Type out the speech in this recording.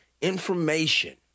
information